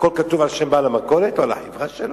הכול כתוב על שם בעל המכולת או על החברה שלו?